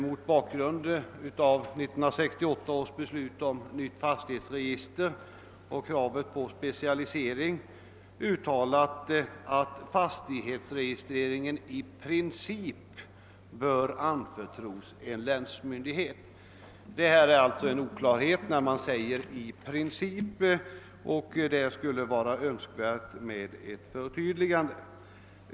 Mot bakgrund av 1968 års beslut om nytt fastighetsregister och kravet på specialisering har departementschefen uttalat att fastighetsregistreringen i princip bör anförtros en länsmyndighet. Orden »i princip» innebär en oklarhet, och det skulle vara önskvärt med ett förtydligande.